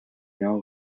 know